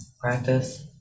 practice